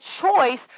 choice